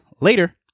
later